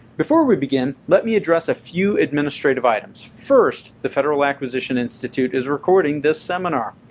before we begin, let me address a few administrative items. first, the federal acquisition institute is recording this seminar.